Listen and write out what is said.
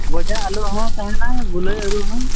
ᱢᱚᱡᱟᱜ ᱟᱹᱞᱩ ᱦᱚᱸ ᱛᱟᱦᱮᱱᱟ ᱜᱩᱞᱟᱹ ᱟᱹᱞᱩ ᱦᱚᱸ